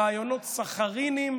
ראיונות סכריניים,